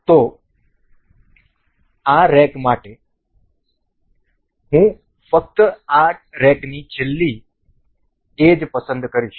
તેથી આ રેક માટે હું ફક્ત આ રેકની છેલ્લી એજ પસંદ કરીશ